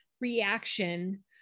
reaction